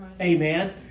Amen